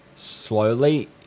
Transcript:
slowly